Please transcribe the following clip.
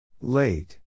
Late